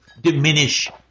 diminish